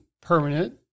permanent